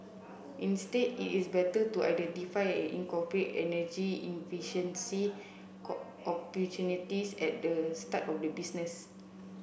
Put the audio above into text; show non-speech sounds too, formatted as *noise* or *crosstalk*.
instead it is better to identify and incorporate energy efficiency *unintelligible* opportunities at the start of the business